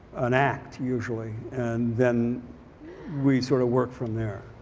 an act, usually. and then we sort of work from there.